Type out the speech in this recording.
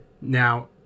Now